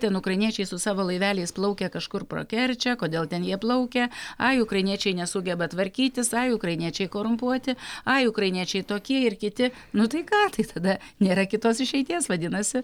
ten ukrainiečiai su savo laiveliais plaukia kažkur pro kerčę kodėl ten jie plaukia ai ukrainiečiai nesugeba tvarkytis ai ukrainiečiai korumpuoti ai ukrainiečiai tokie ir kiti nu tai ką tai tada nėra kitos išeities vadinasi